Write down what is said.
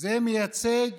זה מייצג